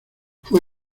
fue